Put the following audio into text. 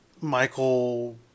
Michael